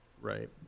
Right